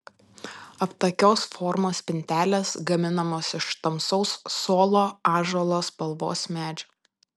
aptakios formos spintelės gaminamos iš tamsaus solo ąžuolo spalvos medžio